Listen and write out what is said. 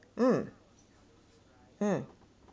mm